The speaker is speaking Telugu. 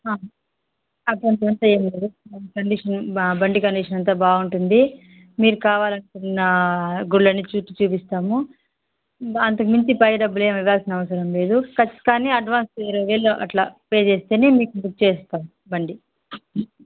అటువంటిది అంత ఏం లేదు కండిషన్ బ బండి కండిషన్ అంతా బాగుంటుంది మీరు కావాలనుకున్న గుడిలన్నీ చూపి చూపిస్తాము అంతకుమించి పై డబ్బులు ఏమి ఇవ్వాల్సిన అవసరం లేదు కచ్ కానీ అడ్వాన్స్ ఇరవై వేలు అట్లా పే చేస్తేనే మీకు బుక్ చేస్తాం బండి